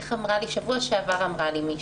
איך אמרה לי בשבוע שעבר מישהי?